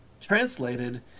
translated